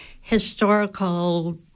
historical